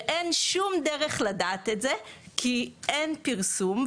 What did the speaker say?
ואין שום דרך לדעת את זה, כי אין פרסום.